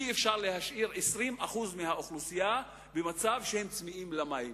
אי-אפשר להשאיר 20% מהאוכלוסייה צמאים למים.